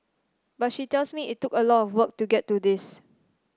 but she tells me it took a lot of work to get to this